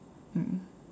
mm